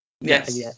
Yes